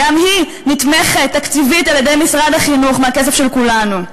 גם היא נתמכת תקציבית על-ידי משרד החינוך מהכסף של כולנו,